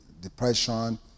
depression